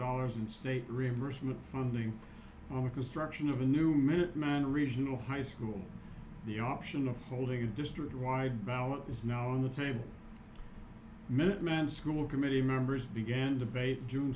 dollars in state reimbursement funding for construction of a new minuteman regional high school the option of holding a district wide ballot is now on the table minuteman school committee members began debate